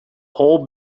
whole